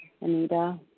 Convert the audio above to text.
Anita